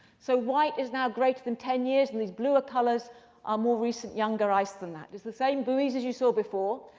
so white is now greater than ten years, and these bluer colors are more recent, younger ice than that. it's the same buoys as you saw before.